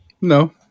No